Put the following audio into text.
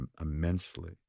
immensely